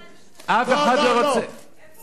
למה הוא לא עשה את זה?